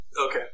Okay